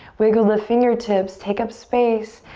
wiggle the fingertips, take up space.